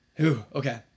okay